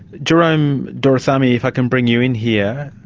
jerome doraisamy, if i can bring you in here,